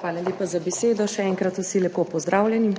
Hvala lepa za besedo. Še enkrat vsi lepo pozdravljeni!